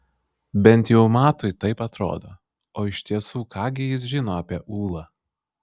bent jau matui taip atrodo o iš tiesų ką gi jis žino apie ūlą